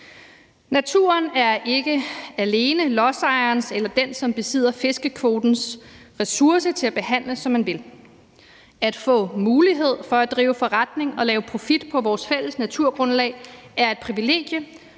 Naturen er ikke alene lodsejerens eller den, som besidder fiskekvotens, ressource til at behandle, som man vil. At få mulighed for at drive forretning og lave profit på vores fælles naturgrundlag er et privilegie,